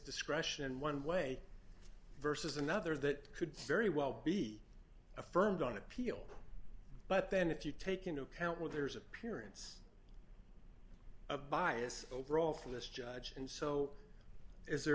discretion one way versus another that could very well be affirmed on appeal but then if you take into account where there's appearance of bias overall from this judge and so is there